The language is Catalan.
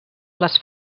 les